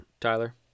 Tyler